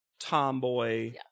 tomboy